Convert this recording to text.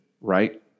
right